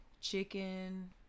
Chicken